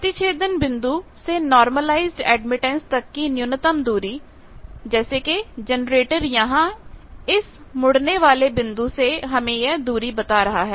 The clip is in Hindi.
प्रतिच्छेदन बिंदु से नार्मलायीजेड एडमिटेंस तक की न्यूनतम दूरी जैसे कि जनरेटर यहां इस मुड़ने वाले बिंदु से हमें यह दूरी बता रहा है